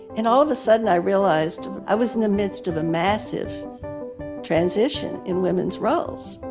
and all of a sudden, i realized i was in the midst of a massive transition in women's roles.